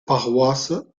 paroisses